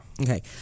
Okay